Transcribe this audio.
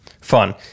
Fun